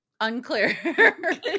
Unclear